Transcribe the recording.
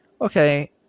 Okay